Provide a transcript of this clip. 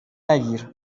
نگیر